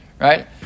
Right